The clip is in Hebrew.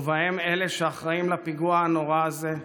ובהם אלה שאחראים לפיגוע הנורא הזה,